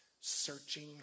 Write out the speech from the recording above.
searching